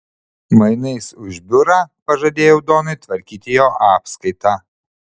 mainais už biurą pažadėjau donui tvarkyti jo apskaitą